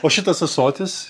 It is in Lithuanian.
o šitas ąsotis